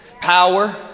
power